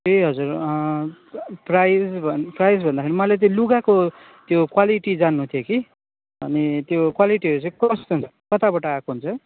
ए हजुर प्राइज भन् प्राइज भन्दाखेरि नि मलाई त्यो लुगाको त्यो क्वालिटी जान्नु थियो कि अनि त्यो क्वालिटीहरू चाहिँ कस्तो हुन्छ कताबाट आएको हुन्छ